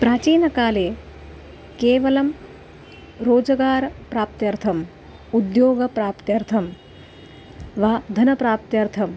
प्राचीनकाले केवलं रोजगारप्राप्त्यर्थम् उद्योगप्राप्त्यर्थं वा धनप्राप्त्यर्थं